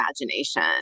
imagination